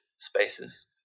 spaces